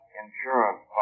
insurance